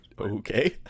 Okay